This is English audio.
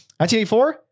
1984